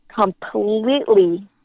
completely